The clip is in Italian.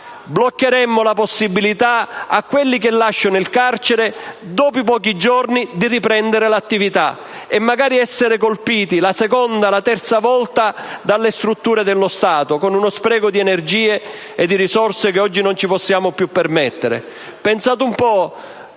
Bloccheremmo la possibilità a quelli che lasciano il carcere di riprendere l'attività dopo pochi giorni e magari essere colpiti la seconda, la terza volta dalle istituzioni dello Stato con uno spreco di energie e di risorse che oggi non ci possiamo più permettere.